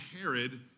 Herod